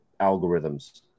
algorithms